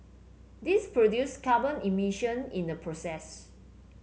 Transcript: this produce carbon emission in the process